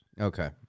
okay